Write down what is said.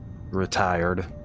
retired